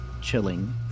chilling